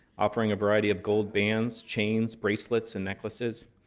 offering a variety of gold bands, chains, bracelets, and necklaces.